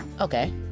Okay